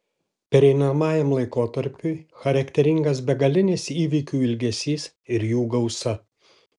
pereinamajam laikotarpiui charakteringas begalinis įvykių ilgesys ir jų gausa